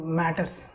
matters